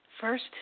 First